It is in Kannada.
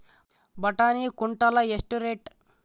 ಬಟಾಣಿ ಕುಂಟಲ ಎಷ್ಟು ರೇಟ್?